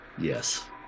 Yes